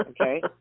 okay